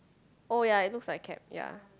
oh ya it looks like a cap ya